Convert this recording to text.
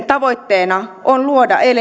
tavoitteena on luoda